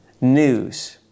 news